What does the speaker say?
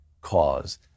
cause